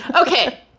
okay